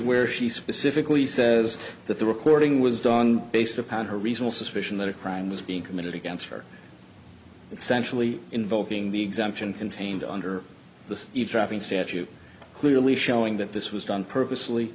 where she specifically says that the recording was done based upon her recent suspicion that a crime was being committed against her essentially invoking the exemption contained under the eaves dropping statute clearly showing that this was done purposely